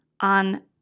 on